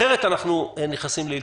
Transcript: אחרת אנחנו נכנסים לניתוק.